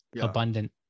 abundant